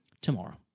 tomorrow